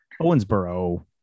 Owensboro